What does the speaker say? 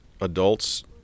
adults